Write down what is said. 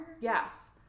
Yes